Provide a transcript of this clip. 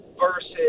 versus